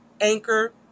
Anchor